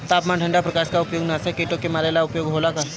तापमान ठण्ड प्रकास का उपयोग नाशक कीटो के मारे ला उपयोग होला का?